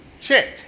check